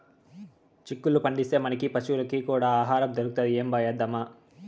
చిక్కుళ్ళు పండిస్తే, మనకీ పశులకీ కూడా ఆహారం దొరుకుతది ఏంబా ఏద్దామా